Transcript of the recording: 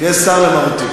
תהיה סר למרותי.